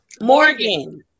Morgan